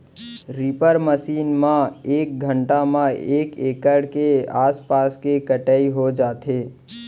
reaper machine म एक घंटा म एक एकड़ के आसपास के कटई हो जाथे